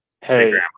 hey